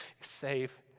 Save